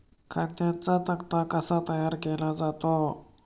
खात्यांचा तक्ता कसा तयार केला जातो?